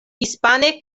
hispane